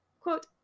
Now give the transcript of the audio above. quote